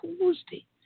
Tuesday